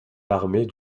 armées